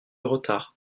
retard